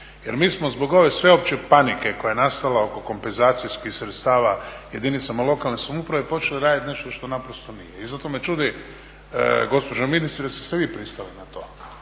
Jer mi smo zbog ove sveopće panike koja je nastala oko kompenzacijskih sredstava jedinicama lokalne samouprave počela raditi nešto što naprosto nije. I zato me čudi, gospođo ministrice jeste li vi pristali na to?